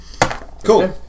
Cool